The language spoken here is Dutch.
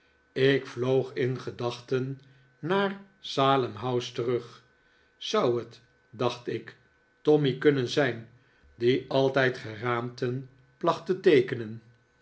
ik vloog in gedachten naar salem house terug zou het dacht ik tommy kunnen zijn die altijd geraamten placht te teekenen